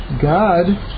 God